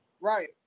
Right